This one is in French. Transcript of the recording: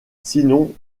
sinon